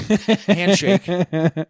handshake